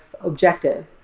objective